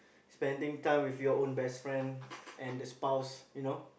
spending time with your own best friend and the spouse you know